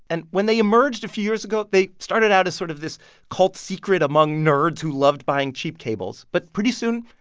and when they emerged a few years ago, they started out as sort of this cult secret among nerds who loved buying cheap cables. but pretty soon,